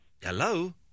Hello